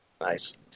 Nice